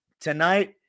tonight